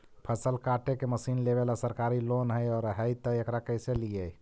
फसल काटे के मशीन लेबेला सरकारी लोन हई और हई त एकरा कैसे लियै?